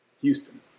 Houston